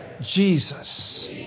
Jesus